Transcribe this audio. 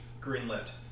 greenlit